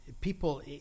people